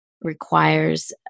requires